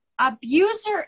Abuser